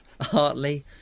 Hartley